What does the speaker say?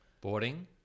Boarding